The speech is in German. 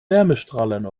wärmestrahlern